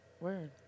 Word